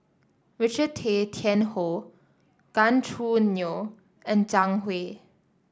Richard Tay Tian Hoe Gan Choo Neo and Zhang Hui